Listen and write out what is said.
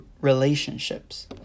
relationships